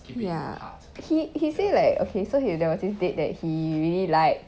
ya he say like okay so he there was this date that he really like